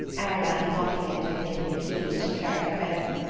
arobin locking it and taking the key, which he carried for edna.